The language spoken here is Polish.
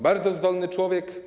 Bardzo zdolny człowiek.